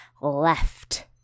left